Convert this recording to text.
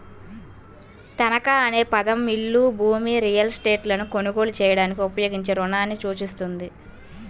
తనఖా అనే పదం ఇల్లు, భూమి, రియల్ ఎస్టేట్లను కొనుగోలు చేయడానికి ఉపయోగించే రుణాన్ని సూచిస్తుంది